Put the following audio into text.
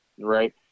Right